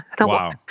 Wow